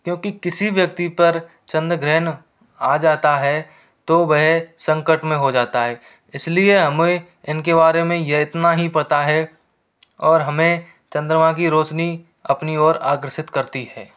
क्योंकि किसी व्यक्ति पर चंद्रग्रहण आ जाता है तो वह संकट में हो जाता है इसलिए हमें इनके बारे में यह इतना ही पता है और हमें चंद्रमा की रौशनी अपनी ओर आकर्षित करती है